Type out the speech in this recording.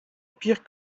pire